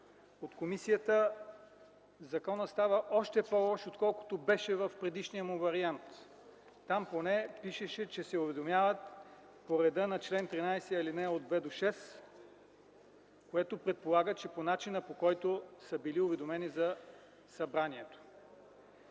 от комисията, законът става още по-лош, отколкото беше в предишния му вариант. Там поне пишеше, че се уведомяват по реда на чл. 13, алинеи от 2 до 6, което предполага, че е по начина, по който са били уведомени за събранието.